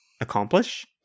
accomplish